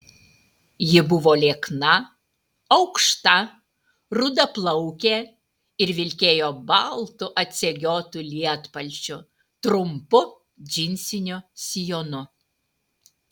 ji buvo liekna aukšta rudaplaukė ir vilkėjo baltu atsegiotu lietpalčiu trumpu džinsiniu sijonu